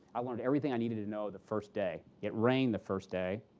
i learned everything i needed to know the first day. it rained the first day.